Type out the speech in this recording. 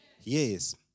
Yes